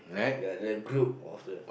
ya that group of the